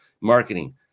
marketing